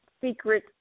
secret